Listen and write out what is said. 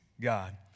God